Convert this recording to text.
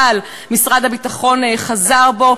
אבל משרד הביטחון חזר בו,